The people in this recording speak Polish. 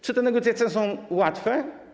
Czy te negocjacje są łatwe?